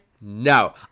no